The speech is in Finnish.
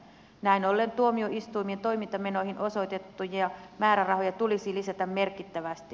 näin ollen tuomioistuimien toimintamenoihin osoitettuja määrärahoja tulisi lisätä merkittävästi